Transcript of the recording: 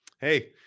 Hey